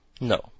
No